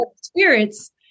spirits